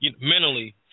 mentally